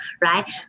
right